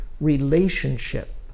relationship